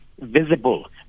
visible